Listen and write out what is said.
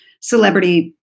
celebrity